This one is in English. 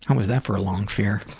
and was that for a long fear.